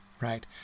right